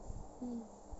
mm